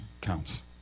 counts